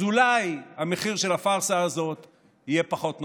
אז אולי המחיר של הפארסה הזאת יהיה פחות נורא.